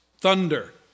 Thunder